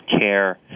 care